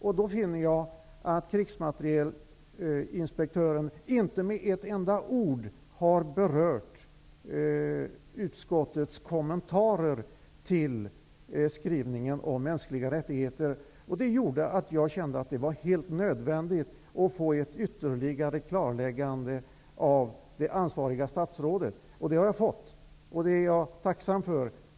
Jag finner då att krigsmaterielinspektören inte med ett enda ord har berört utskottets kommentarer till skrivningen om mänskliga rättigheter. Det gjorde att jag kände att det var helt nödvändigt att få ett ytterligare klarläggande av det ansvariga statsrådet. Det har jag fått, och det är jag tacksam för.